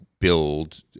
build